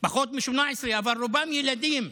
פחות מ-18, אבל רובם ילדים.